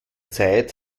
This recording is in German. zeit